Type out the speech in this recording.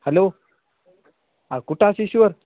hello ह कुटा शिश्वर